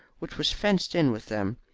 which was fenced in with them,